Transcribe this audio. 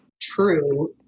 true